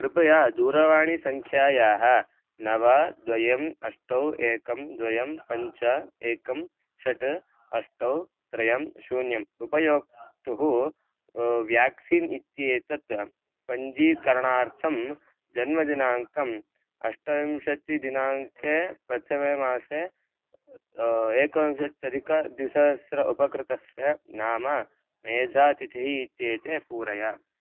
कृपया दूरवाणीसङ्ख्यायाः नव द्वयम् अष्टौ एकं द्वयं पञ्च एकं षट् अष्टौ त्रयं शून्यम् उपयोक्तुः व्याक्सीन् इत्येतत् पञ्जीकरणार्थं जन्मदिनाङ्कम् अष्टविंशतिदिनाङ्के प्रथमे मासे एकविंशत्यधिकद्विसहस्रम् उपकृतस्य नाम मेधातिथिः इत्येते पूरय